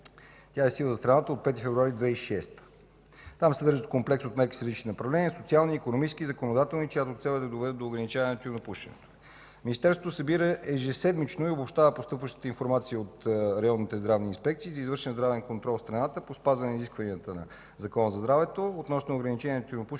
Тя е в сила за страната от 5 февруари 2006 г. Там се съдържат комплекс от мерки в различни направления – социални, икономически, законодателни, чиято цел е да доведат до ограничаване на тютюнопушенето. Министерството събира ежеседмично и обобщава постъпващата информация от районните здравни инспекции за извършен здравен контрол в страната по спазване изискванията на Закона за здравето относно ограничаване на тютюнопушенето